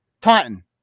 Taunton